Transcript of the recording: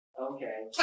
Okay